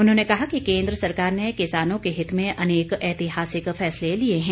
उन्होंने कहा कि केंद्र सरकार ने किसानों के हित में अनेक एतिहासिक फैसले लिए हैं